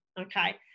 okay